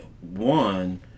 one